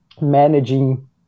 managing